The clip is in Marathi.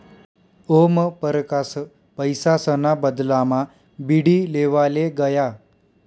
ओमपरकास पैसासना बदलामा बीडी लेवाले गया